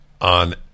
on